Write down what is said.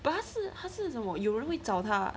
but 他是它是什么有人会找他 ah